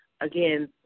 again